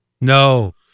No